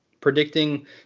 predicting